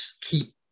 keep